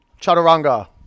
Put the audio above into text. Chaturanga